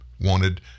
wanted